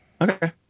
Okay